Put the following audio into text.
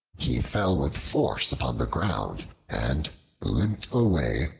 he fell with force upon the ground and limped away,